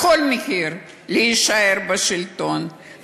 בכל מחיר להישאר בשלטון,